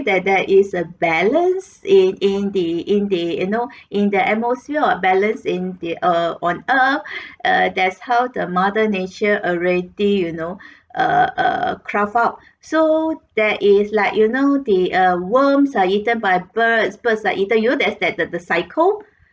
that there is a balance in in the in the you know in the atmosphere or balance in the err on earth err there's how the mother nature already you know uh uh craft out so there is like you know the uh worms are eaten by birds birds are eaten like you know that's that's the cycle